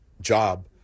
job